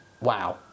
wow